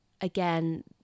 Again